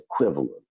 equivalent